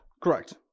correct